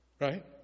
Right